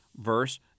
verse